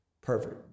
perfect